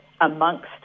amongst